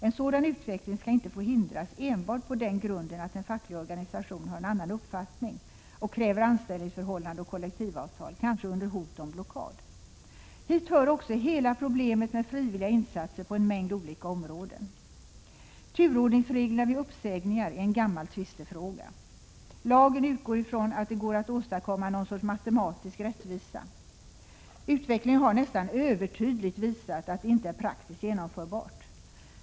En sådan utveckling skall inte få hindras enbart på den grunden att en facklig organisation har en annan uppfattning och kräver anställningsförhållande och kollektivavtal, kanske under hot om blockad. Hit hör också hela problemet med frivilliga insatser på en mängd olika områden. Turordningsreglerna vid uppsägningar är en gammal tvistefråga. Lagen utgår från att det går att åstadkomma någon sorts matematisk rättvisa. Utvecklingen har närmast övertydligt visat att det inte är praktiskt genomförbart.